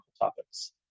topics